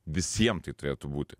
visiem tai turėtų būti